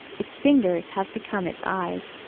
its fingers have become its eyes,